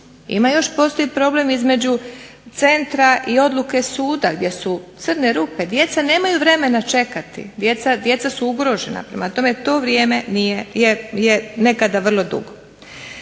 ima još postoji problem između centra i odluke suda gdje su crne rupe djeca nemaju vremena čekati, djeca su ugrožena prema tome to vrijeme je nekada vrlo dugo.